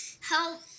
help